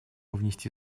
внести